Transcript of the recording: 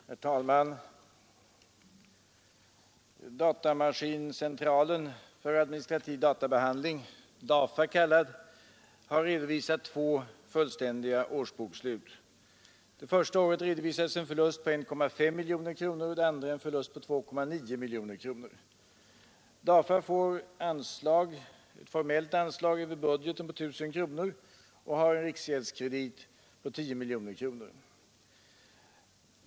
Herr talman! Datamaskincentralen för administrativ databehandling — DAFA kallad — har redovisat två fullständiga årsbokslut. Det första året DAFA får ett formellt anslag över budgeten med 1 000 kronor och har en riksgäldskredit på 10 miljoner kronor.